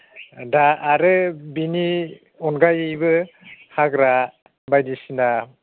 दा आरो बिनि अनगायैबो हाग्रा बायदिसिना